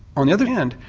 on the other hand,